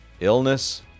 Illness